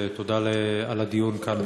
תודה על הדיון כאן,